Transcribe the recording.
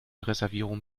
reservierungen